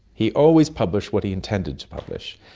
he always published what he intended to publish.